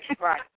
Right